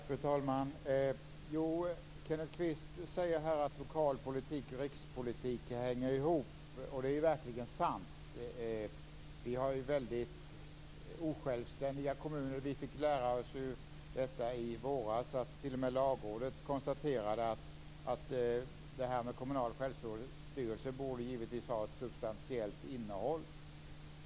Fru talman! Kenneth Kvist säger att lokal politik och rikspolitik hänger ihop, och det är verkligen sant. Vi har väldigt osjälvständiga kommuner. Vi fick i våras höra att t.o.m. Lagrådet konstaterade att kommunal självstyrelse givetvis borde ha ett substantiellt innehåll.